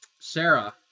Sarah